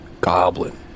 goblin